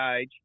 age